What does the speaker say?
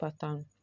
pattern